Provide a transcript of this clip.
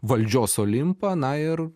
valdžios olimpą na ir